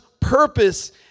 purpose